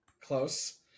close